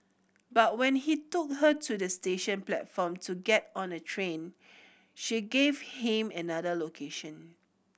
but when he took her to the station platform to get on a train she gave him another location